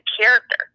character